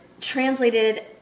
translated